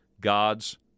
God's